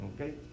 Okay